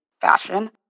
fashion